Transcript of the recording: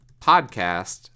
podcast